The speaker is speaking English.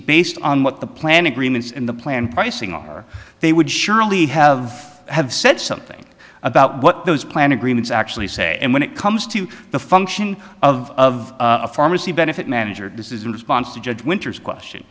based on what the plan agreements and the plan pricing are they would surely have have said something about what those plan agreements actually say and when it comes to the function of a pharmacy benefit manager does in response to judge winters question